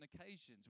occasions